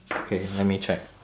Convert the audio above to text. K let me check